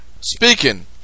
Speaking